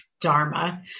Dharma